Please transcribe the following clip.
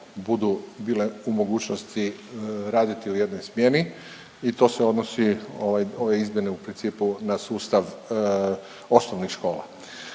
budu bile u mogućnosti raditi u jednoj smjeni i to se odnosi ove izmjene u principu na sustav osnovnih škola.